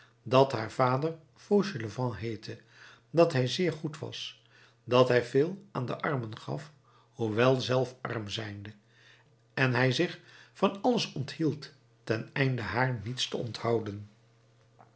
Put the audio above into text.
dat haar vader fauchelevent heette dat hij zeer goed was dat hij veel aan de armen gaf hoewel zelf arm zijnde en hij zich van alles onthield ten einde haar niets te onthouden